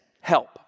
help